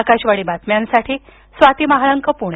आकाशवाणी बातम्यांसाठी स्वाती महालंक पुणे